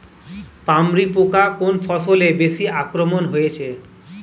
পামরি পোকা কোন ফসলে বেশি আক্রমণ হয়েছে?